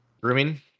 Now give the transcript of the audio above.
Grooming